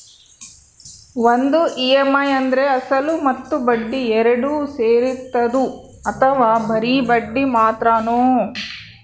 ಒಂದು ಇ.ಎಮ್.ಐ ಅಂದ್ರೆ ಅಸಲು ಮತ್ತೆ ಬಡ್ಡಿ ಎರಡು ಸೇರಿರ್ತದೋ ಅಥವಾ ಬರಿ ಬಡ್ಡಿ ಮಾತ್ರನೋ?